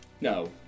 No